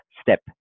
step